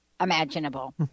imaginable